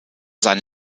sein